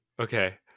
Okay